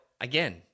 again